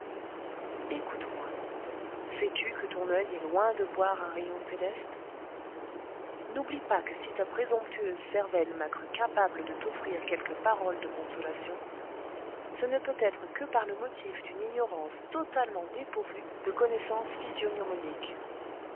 ecoute moi sais-tu que ton oeil est loin de boire un rayon céleste n'oublie pas que si ta présomptueuse cervelle m'a cru capable de t'offrir quelques paroles de consolation ce ne peut être que par le motif d'une ignorance totalement dépourvue de connaissances